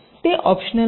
ते ऑपशनल नाही